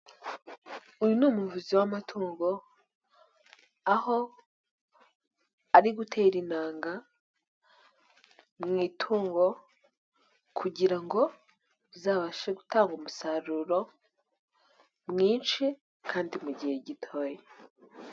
Uyu ni umuvuzi w'amatungo, aho ari gutera intanga mu itungo kugira ngo rizabashe gutanga umusaruro mwinshi kandi mu gihe gitoya.